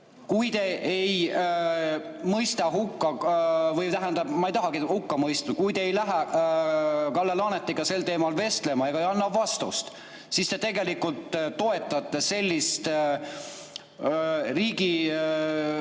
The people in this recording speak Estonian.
Kui te ei mõista hukka – tähendab, ma ei tahagi hukkamõistu –, kui te ei lähe Kalle Laanetiga sel teemal vestlema ega anna vastust, siis te tegelikult toetate sellist